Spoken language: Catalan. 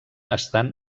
estan